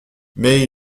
mais